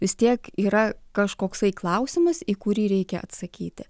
vis tiek yra kažkoksai klausimas į kurį reikia atsakyti